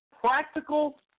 practical